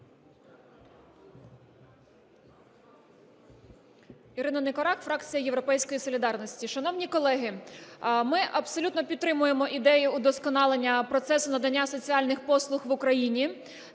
Ірина Никорак, фракція "Європейська солідарність". Шановні колеги, ми абсолютно підтримуємо ідею удосконалення процесу надання соціальних послуг в Україні,